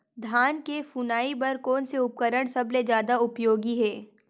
धान के फुनाई बर कोन से उपकरण सबले जादा उपयोगी हे?